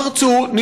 פרצו אליהן,